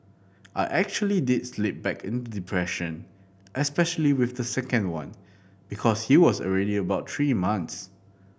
I actually did slip back into depression especially with the second one because he was already about three months